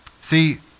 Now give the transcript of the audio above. See